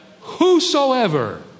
whosoever